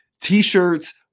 T-shirts